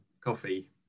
coffee